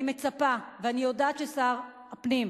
אני מצפה, ואני יודעת ששר הפנים,